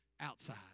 outside